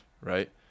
right